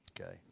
Okay